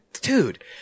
Dude